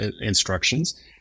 instructions